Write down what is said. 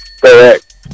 Correct